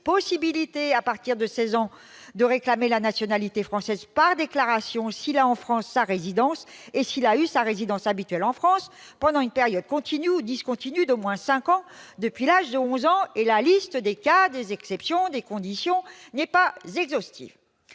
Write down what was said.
de réclamer à partir de seize ans la nationalité française par déclaration s'il a en France sa résidence et s'il a eu sa résidence habituelle en France pendant une période continue ou discontinue d'au moins cinq ans depuis l'âge de onze ans ... Et la liste des cas, des exceptions et des conditions n'est pas exhaustive